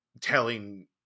telling